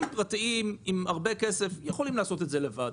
פרטיים עם הרבה כסף יכולים לעשות את זה לבד,